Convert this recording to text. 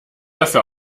dafür